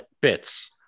bits